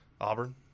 Auburn